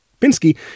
Pinsky